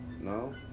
No